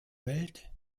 welt